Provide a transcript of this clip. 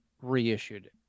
reissued